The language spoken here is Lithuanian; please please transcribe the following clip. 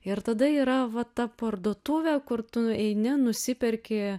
ir tada yra va ta parduotuvė kur tu nueini nusiperki